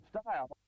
Style